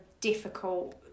difficult